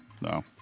No